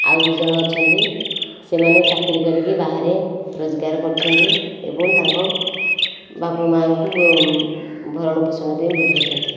ଆଉ ଦୁଇ ଜଣ ଅଛନ୍ତି ସେମାନେ ଚାକିରି କରିକି ବାହାରେ ରୋଜଗାର କରୁଛନ୍ତି ଏବଂ ତାଙ୍କ ବାପା ମା'ଙ୍କୁ ଭରଣ ପୋଷଣ ପାଇଁ ବୁଝାଉଛନ୍ତି